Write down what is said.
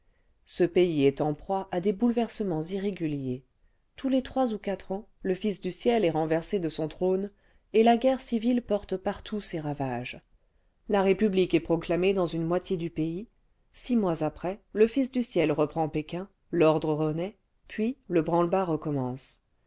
ce pays est en proie à des bouleversements irréguliers tous les trois ou quatre ans le fils du ciel est renversé de son trône et la guerre civile porte partout ses ravages la république est proclamée clans une moitié du pays six mois après le fils du ciel reprend pékin l'ordre renaît puis le branle-bas recommence